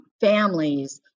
families